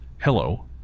hello